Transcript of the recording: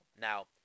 Now